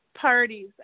parties